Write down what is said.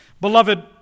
Beloved